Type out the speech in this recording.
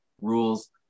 rules